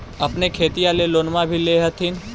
अपने खेतिया ले लोनमा भी ले होत्थिन?